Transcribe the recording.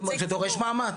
זה דורש מאמץ,